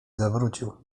zawrócił